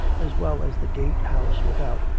as well as the gate house without,